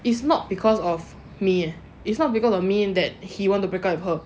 it's not because of me eh it's not because of me that he want to break up with her